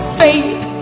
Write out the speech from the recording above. faith